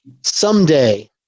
someday